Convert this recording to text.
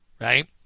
right